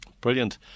brilliant